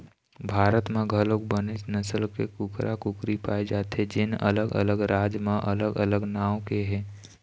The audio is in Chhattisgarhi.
भारत म घलोक बनेच नसल के कुकरा, कुकरी पाए जाथे जेन अलग अलग राज म अलग अलग नांव के हे